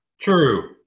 True